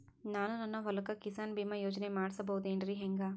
ನಾನು ನನ್ನ ಹೊಲಕ್ಕ ಕಿಸಾನ್ ಬೀಮಾ ಯೋಜನೆ ಮಾಡಸ ಬಹುದೇನರಿ ಹೆಂಗ?